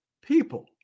people